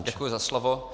Děkuji za slovo.